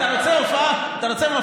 אתה רוצה מופע חוזר?